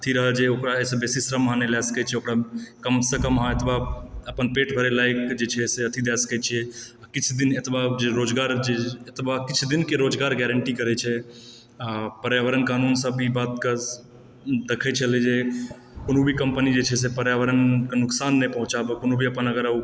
अथी रहऽ जे ओकरा एहिसँ बेसी श्रम अहाँ नहि लए सकै छिऐ ओकरा कमसँ कम अहाँ एतबा अपन पेट भरि लाएक जे छै से अथी दए सकै छिऐ किछु दिन एतबा रोजगार एतबा किछु दिनके रोजगार गारण्टी करै छै आ पर्यावरण कानून सब भी बातके देखै छलै जे कोनो भी कम्पनी जे छै से पर्यावरणके नुकसान नहि पहुँचाबै कोनो भी अपन अगर